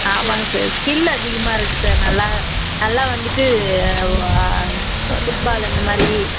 ஆமாங்க sir skill அதிகமாக இருக்குது சார் நல்லா நல்லா வந்துட்டு வா ஃபுட்பால் அந்த மாதிரி